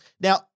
Now